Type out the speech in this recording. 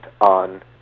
on